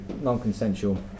non-consensual